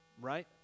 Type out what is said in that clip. right